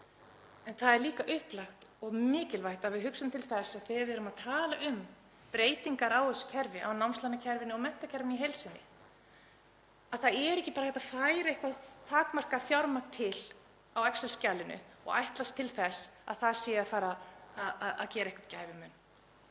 En það er líka upplagt og mikilvægt að við hugsum til þess, þegar við erum að tala um breytingar á þessu kerfi, á námslánakerfinu og menntakerfinu í heild sinni, að það er ekki bara hægt að færa eitthvert takmarkað fjármagn til á excel-skjalinu og ætlast til þess að það sé að fara að gera einhvern gæfumun.